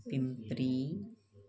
Pimpri